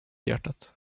hjärtat